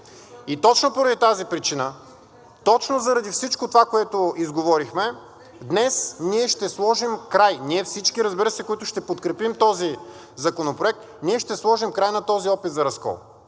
И точно поради тази причина, точно заради всичко това, което изговорихме, днес ние ще сложим край. Ние всички, разбира се, които ще подкрепим този законопроект, ние ще сложим край на този опит за разкол!